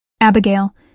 Abigail